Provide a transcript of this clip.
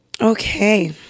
Okay